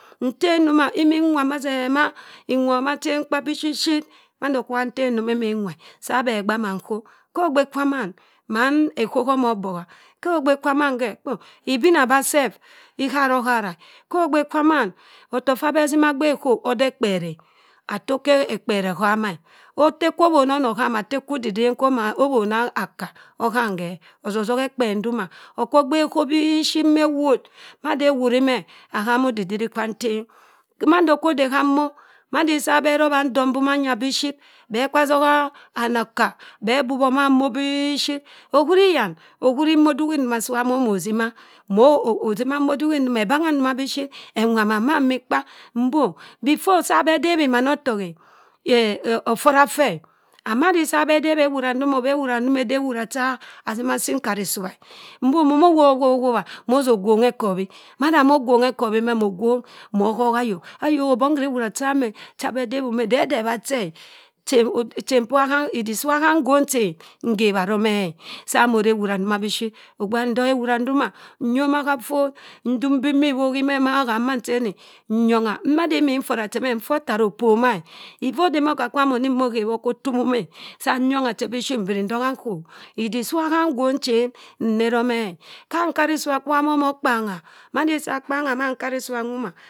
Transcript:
. Nteng ndoma, imi nwa ma sẹ ma, inwa ma achenkpa bishishit. mando kwa nteng ndoma imi nwa e. sa beh gbah mann ngho. Ha ogbe kwamann, man eghogh omo boka. Ho ogbe kwamann ghe. ibinaba sef, iharohara. Ho ogbe kwamann otok ffa abeh asima agbo egho ode ekperr eh. atte okha ekperr ohama eh. atte kwoo owo no anoham, atte kwu ididen kwo wona aka ogham khe. odo osoha ekperr ndoma okwo gboh egho biiship maa ewut. mada ewuri meh, akwa hama odidiri kwa ntem. mando kwo ode hammok, madi sa beh robha andong bo manya biiships beh kwa toha ana-oka beh buwa maa mmok biiship. ohuriyan? Ohuri mmok duhi nzoma si iwa mo eno zima. mo sima mmok duhi nsoma, ebangha ndoma biship enwa mann ma amikpa. mbo, before sa bhe debhi mina etok e. ofora ffe e. And madi sa beh debhi ewura ndoma. obeh ewura ndoma ede ewura cha asima asii nkarisuwa e. Mbo mono wobho, wobho, wobha mado ogwongha ekobhi mada mo gwonghe ekobhi meh mo gwong mo hoha ayok. Beh ayok o bong khere ewura cham e cha abeh debhum e. de edeh ebhak-che e. idik si iwa ham nwong chen nghabha domeh e. sa mo re ewura ndoma biship. Ogbe wani ntongha ewura ndoma, nyoma gha ffor, ndub mbin mi iwoghi maa ham mancheni. Nyongha madi imin nfora che meh nfot tara opomaeh iffa odeme oka-kwam inim ogheb okwo otumum e. Sa nyongha che biship mbri ntogha nghọk. idik si iwa ham ngwong chen nne romeh e. ma nkarisua kwu uwa monoh akpangha, madisa akangha nkarisua nwoma.